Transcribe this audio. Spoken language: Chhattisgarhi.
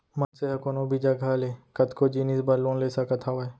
मनसे ह कोनो भी जघा ले कतको जिनिस बर लोन ले सकत हावय